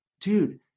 dude